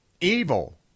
Evil